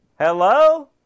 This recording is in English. hello